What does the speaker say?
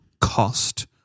cost